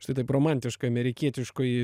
štai taip romantiška amerikietiškoji